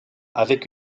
avec